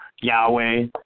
Yahweh